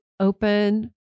Open